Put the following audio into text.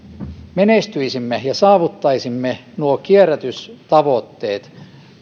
menestyisimme ja saavuttaisimme nuo kierrätystavoitteet